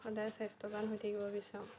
সদায় স্বাস্থ্যৱান হৈ থাকিব বিচাৰোঁ